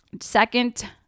second